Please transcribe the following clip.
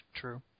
true